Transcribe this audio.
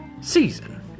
season